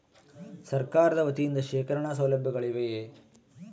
ಸರಕಾರದ ವತಿಯಿಂದ ಶೇಖರಣ ಸೌಲಭ್ಯಗಳಿವೆಯೇ?